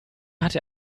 hatte